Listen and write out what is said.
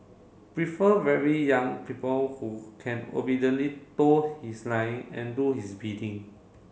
prefer very young people who can obediently toe his line and do his bidding